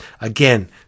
again